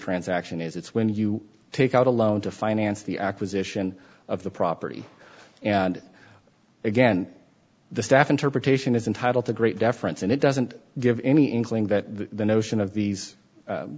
transaction is it's when you take out a loan to finance the acquisition of the property and again the staff interpretation is entitled to great deference and it doesn't give any inkling that the notion of these